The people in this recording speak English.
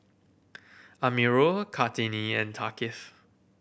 Amirul Kartini and Thaqif